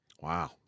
Wow